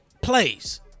plays